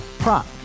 Prop